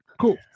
Cool